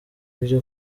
ibyo